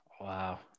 Wow